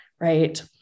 right